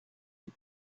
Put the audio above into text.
you